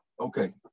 Okay